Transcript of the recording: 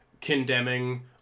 condemning